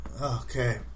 Okay